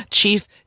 Chief